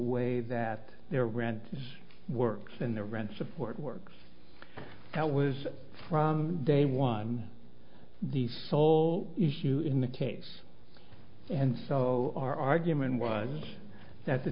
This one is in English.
way that their rent is works and their rent support works how was from day one the sole issue in the case and so our argument was that the